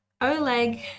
Oleg